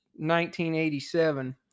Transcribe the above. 1987